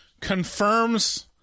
confirms